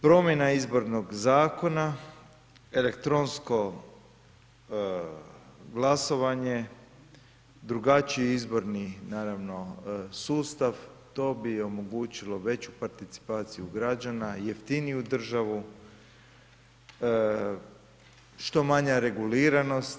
Promjena izbornog zakona, elektronsko glasovanje, drugačiji izborni naravno, sustav, to bi omogućilo veću participaciju građana, jeftiniju državu, što manja reguliranost.